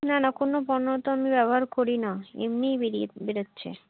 না না কোনও পণ্য তো আমি ব্যবহার করি না এমনিই বেরিয়ে বেরোচ্ছে